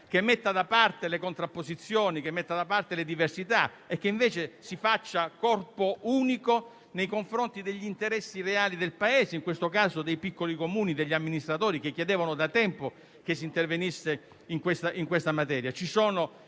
che metta da parte le contrapposizioni e le diversità e si faccia corpo unico nei confronti degli interessi reali del Paese, in questo caso dei piccoli Comuni e degli amministratori, che chiedevano da tempo che si intervenisse su questa materia.